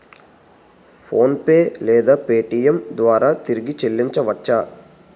PhonePe లేదా Paytm ద్వారా తిరిగి చల్లించవచ్చ?